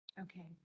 Okay